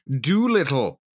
Doolittle